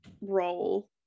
role